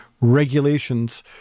regulations